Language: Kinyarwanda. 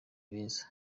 beza